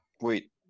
Wait